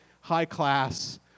high-class